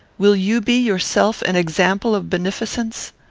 will you be, yourself, an example of beneficence?